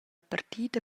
partida